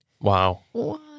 Wow